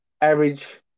average